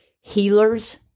healers